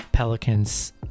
Pelicans